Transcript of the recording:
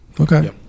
Okay